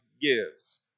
gives